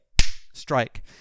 strike